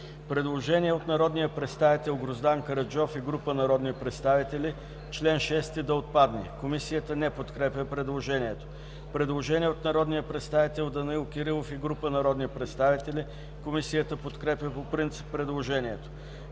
предложение от народния представител Гроздан Караджов и група народни представители – чл. 6 да отпадне. Комисията не подкрепя предложението. Предложение от народния представител Данаил Кирилов и група народни представители, което е подкрепено по принцип от Комисията.